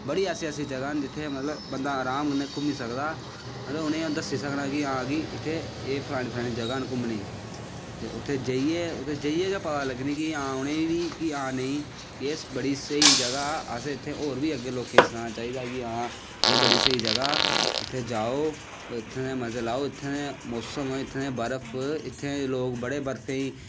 बड़ी ऐसी ऐसी जगाह् न जित्थें मतलव बंदा राम कन्नै घुम्मी सकदा मतलव अऊं उनेंगी दस्सी सकना उनेंगी कि हां एह् फलानी फलानी जगाहं न घूमने गी उत्थें जाइयै गै पता लग्गनी उनेंगी बी कि नेईं एह्ब ड़ी स्हेई जगाह् ऐअसैं अग्गैं होर बी लोकें गी सनाना चाही दा कि हां एह् बड़ी स्हेई जगाह् ऐ इत्थें जाओ इत्थें दे मजे लैओ इत्थें दे मौसम बर्फ इत्थें दे लोग बड़े बर्फें च